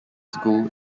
school